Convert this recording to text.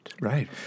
Right